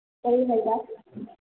ꯀꯩ ꯍꯥꯏꯕ